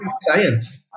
science